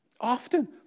Often